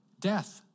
Death